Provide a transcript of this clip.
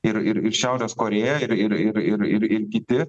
ir ir ir šiaurės korėja ir ir ir ir ir ir kiti